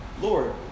Lord